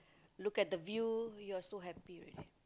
look at the view you are so happy already